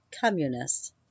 communists